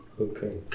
Okay